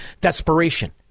desperation